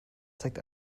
zeigt